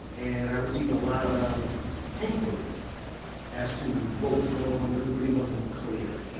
and i received a lot of inquiry as to what was going on because it really wasn't clear